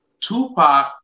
Tupac